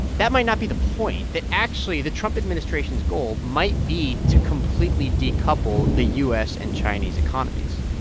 that might not be the point that, actually, the trump administration's goal might be to completely decouple the u s. and chinese economies